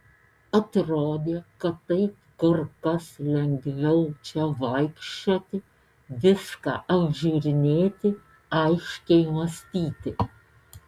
atrodė kad taip kur kas lengviau čia vaikščioti viską apžiūrinėti aiškiai mąstyti